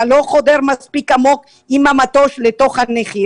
אתה לא חודר מספיק עמוק עם המטוש לתוך הנחיר